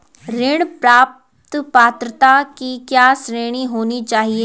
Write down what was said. ऋण प्राप्त पात्रता की क्या श्रेणी होनी चाहिए?